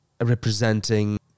representing